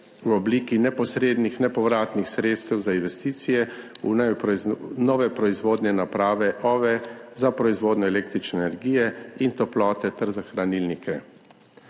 v obliki neposrednih nepovratnih sredstev za investicije v nove proizvodne naprave OVE za proizvodnjo električne energije in toplote ter za hranilnike.